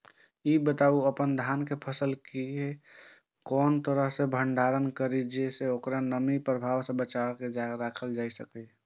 ई बताऊ जे अपन धान के फसल केय कोन तरह सं भंडारण करि जेय सं ओकरा नमी के प्रभाव सं बचा कय राखि सकी?